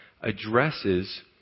addresses